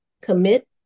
Commit